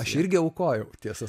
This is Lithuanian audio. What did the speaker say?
aš irgi aukojau tiesa